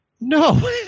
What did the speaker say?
No